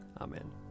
Amen